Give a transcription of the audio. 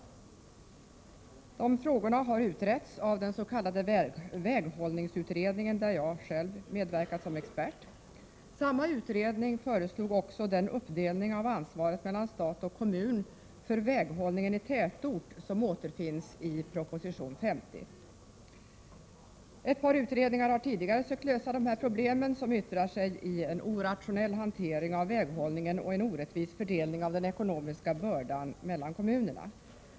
Dessa frågor har utretts av den s.k. väghållningsutredningen, där jag medverkat som expert. Samma utredning förslog också den uppdelning mellan stat och kommun av ansvaret för väghållningen i tätort som återfinns i proposition 50. Ett par utredningar har tidigare sökt lösa de här problemen, som yttrar sig i en orationell hantering av väghållningen och en orättvis fördelning av den ekonomiska bördan mellan kommunerna.